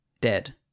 Dead